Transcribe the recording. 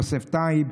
יוסף טייב,